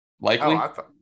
likely